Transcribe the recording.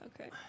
Okay